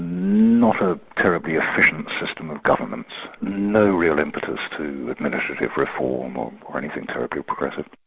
not a terribly efficient system of governance. no real impetus to administrative reform or or anything terribly progressive.